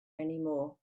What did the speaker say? anymore